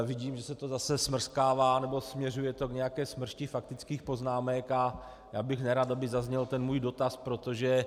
Vidím, že se to zase smrskává nebo směřuje to k nějaké smršti faktických poznámek, a já bych nerad, aby zazněl ten můj dotaz, protože...